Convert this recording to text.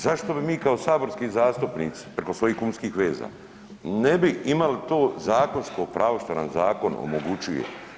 Zašto bi mi kao saborski zastupnici preko svojih kumskih veza ne bi imali to zakonsko pravo što nam zakon omogućuje?